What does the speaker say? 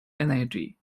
energy